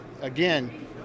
again